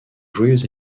joyeux